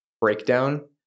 breakdown